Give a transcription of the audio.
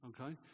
okay